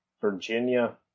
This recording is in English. Virginia